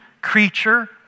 creature